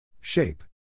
Shape